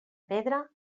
pedra